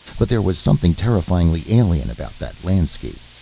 but there was something terrifyingly alien about that landscape.